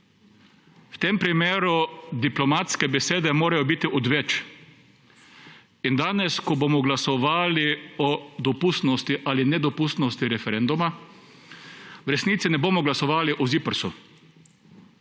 V tem primeru diplomatske besede morajo biti odveč. Ko bomo danes glasovali o dopustnosti ali nedopustnosti referenduma, v resnici ne bomo glasovali o ZIPRS.